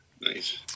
Nice